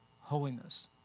holiness